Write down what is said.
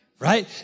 Right